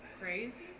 Crazy